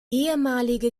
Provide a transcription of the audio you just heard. ehemalige